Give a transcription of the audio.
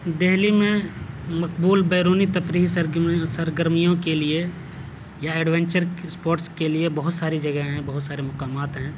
دہلی میں مقبول بیرونی تفریحی سرگرم سرگرمیوں کے لیے یا ایڈونچر اسپوٹس کے لیے بہت ساری جگہیں ہیں بہت سارے مقامات ہیں